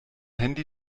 handy